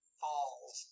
falls